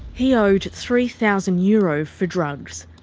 he owed three thousand euros for drugs.